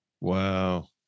Wow